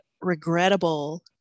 regrettable